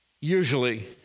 usually